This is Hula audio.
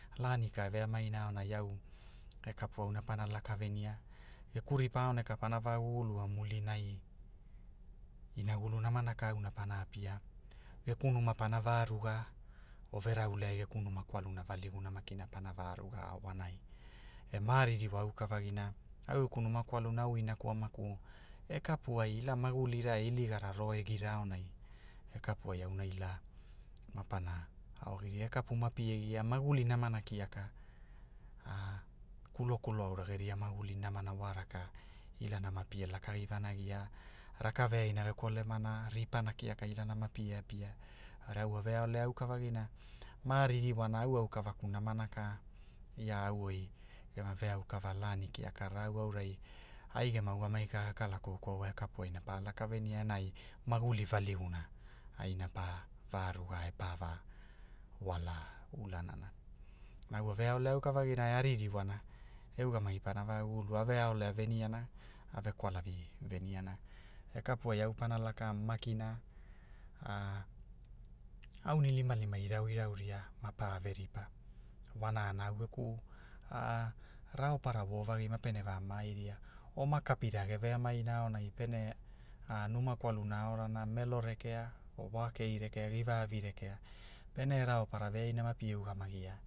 Lagani ke e veamaina aonai au, e kapu auna pana laka venia, geku ripa aoneka pana va gugulua mulinai, inagulu namana ka auna pana apia, geku numa pana va ruga, o verauleai geku numa kwaluna valiguna maki pana va ruga wanai, e ma ririwa auka vagina, au geku numa kwaluna au inaku amaku, e kapu ai ila magulina iligira ro egira aonai, e kapu ai auna ila, mapana ao- giria- kapu mapie gia maguli namana kiaka, kulo kulo aura geria maguli namana wa raka, ilana mapie lakagi vanagia, raka veainage kolemana ripana kiaka riana mapie apia aurai au a veaolea auka vagina maririwana au aukavaku namana ka, ia au oi gema ve au kava lani kaiaka au aurai, ai gemaugamagi ka ga kala koukoua wai e kapu ai ne pa laka venia enai, maguli valiguna, aina pa, va ruga e pa va, wala, ulanana. Na au a veaolea auka vaginae a ririwana, e ugamagi pana va gugulua a veaolea veniana, a vekwalavi, veniana e kapu ai au pana laka makina, anilimalima irauirauria mapave ripa, wanana au geku, rapara wovagi mapene va maairia oma kapirai ge veamaina aonai pene, numa kwalana aonana melo rekea, o wa kei nekea giva avi rekea, pene e raoparaveaina ma pie ugamagia.